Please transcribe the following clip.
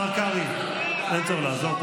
השר קרעי, אין צורך לעזור.